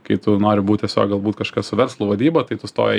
kai tu nori būt tiesiog galbūt kažkas su verslo vadyba tai tu stoji